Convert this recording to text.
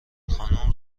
خانم